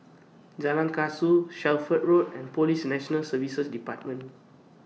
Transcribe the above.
Jalan Kasau Shelford Road and Police National Service department